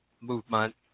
movement